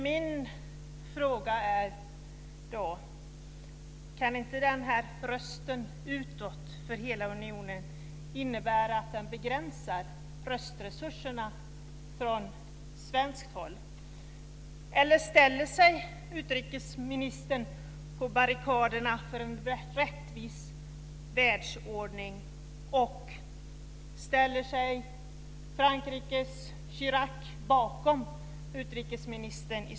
Min fråga är: Kan inte den här rösten utåt för hela unionen innebära en begränsning av röstresurserna från svenskt håll? Eller ställer sig utrikesministern på barrikaderna för en rättvis världsordning, och ställer sig Frankrikes Chirac i så fall bakom utrikesministern?